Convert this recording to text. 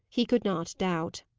he could not doubt.